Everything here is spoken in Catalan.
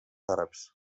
àrabs